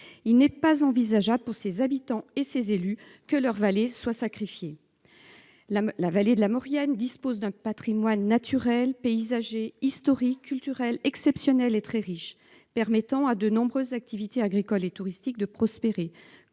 Il n'est pas envisageable pour ses habitants et ses élus que leurs valises soient sacrifiés. La la vallée de la Maurienne dispose d'un Patrimoine naturel paysagé historique culturel exceptionnel et très riche, permettant à de nombreuses activités agricoles et touristiques de prospérer,